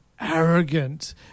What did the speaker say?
arrogant